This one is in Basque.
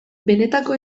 benetako